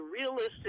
realistic